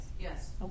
Yes